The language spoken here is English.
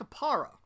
capara